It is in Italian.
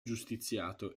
giustiziato